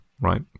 right